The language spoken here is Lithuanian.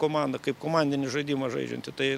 komanda kaip komandinį žaidimą žaidžianti tai